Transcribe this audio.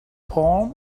palm